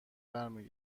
برمی